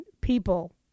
people